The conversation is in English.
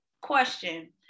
question